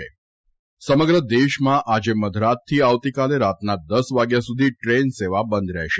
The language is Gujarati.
સમગ્ર દેશમાં આજે મધરાતથી આવતીકાલે રાતના દસ વાગ્યા સુધી ટ્રેન સેવા બંધ રહેશે